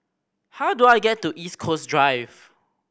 how do I get to East Coast Drive